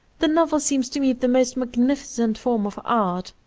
the novel seems to me the most mag nificent form of art.